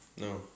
No